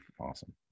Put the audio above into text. awesome